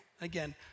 again